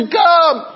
come